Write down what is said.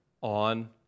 on